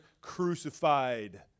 crucified